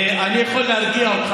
אני יכול להרגיע אותך,